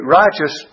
righteous